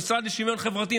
המשרד לשוויון חברתי,